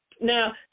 Now